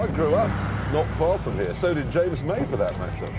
grew up not far from here, so did james may, for that matter.